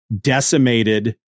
decimated